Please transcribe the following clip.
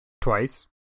twice